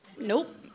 nope